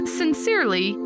sincerely